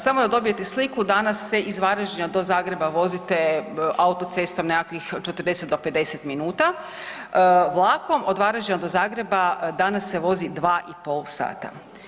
Samo da dobijete sliku danas se iz Varaždina do Zagreba vozite autocestom nekakvih 40 do 50 minuta, vlakom od Varaždina do Zagreba danas se vozi 2,5 sata.